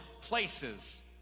places